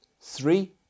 Three